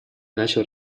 начал